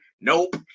Nope